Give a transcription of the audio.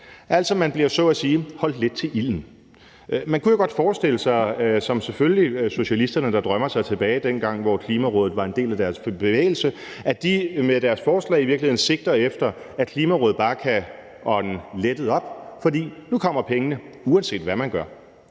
altså så at sige holdt lidt til ilden. Man kunne jo godt forestille sig, at socialisterne, der drømmer sig tilbage til dengang, hvor Klimarådet var en del af deres bevægelse, med deres forslag i virkeligheden sigter efter, at Klimarådet bare skal kunne ånde lettet op, fordi pengene nu kommer, uanset hvad man gør,